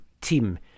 team